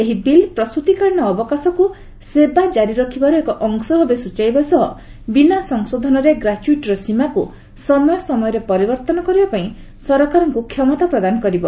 ଏହି ବିଲ୍ ପ୍ରସ୍ତିକାଳୀନ ଅବକାଶକୁ ସେବା ଜାରି ରଖିବାର ଏକ ଅଂଶ ଭାବେ ସ୍ନଚାଇବା ସହ ବିନା ସଂଶୋଧନରେ ଗ୍ରାଚୁଇଟିର ସୀମାକୁ ସମୟ ସମୟରେ ପରିବର୍ତ୍ତନ କରିବା ପାଇଁ ସରକାରଙ୍କୁ କ୍ଷମତା ପ୍ରଦାନ କରିବ